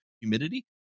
humidity